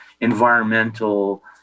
environmental